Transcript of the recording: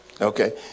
Okay